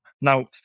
Now